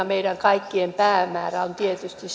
meidän kaikkien päämäärä on tietysti